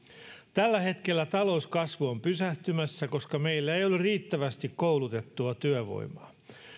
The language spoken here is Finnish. tällä hetkellä talouskasvu on pysähtymässä koska meillä ei ole riittävästi koulutettua työvoimaa